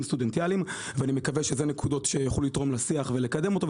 סטודנטיאליים ואני מקווה שאלה נקודות שיוכלו לתרום לשיח ולקדם אותו,